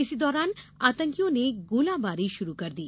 इसी दौरान आतंकियों ने गोलीबारी शुरू कर दी